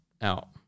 out